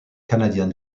canadian